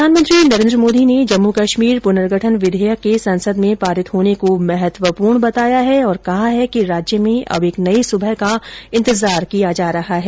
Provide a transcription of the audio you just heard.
प्रधानमंत्री नरेन्द्र मोदी ने जम्मू कश्मीर पुनर्गठन विधेयक के संसद में पारित होने को महत्वपूर्ण बताया है और कहा है कि राज्य में अब एक नई सुबह का इंतजार किया जा रहा है